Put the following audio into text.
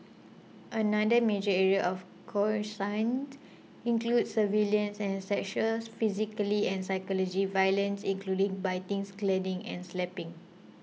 another major area of coercion included surveillance and sexual physically and psychology violence including biting scalding and slapping